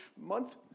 month